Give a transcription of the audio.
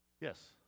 yes